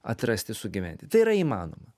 atrasti sugyventi tai yra įmanoma